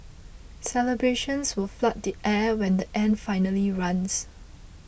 celebrations will flood the air when the end finally runs